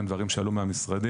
הן דברים שעלו מהמשרדים,